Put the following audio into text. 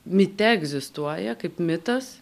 mite egzistuoja kaip mitas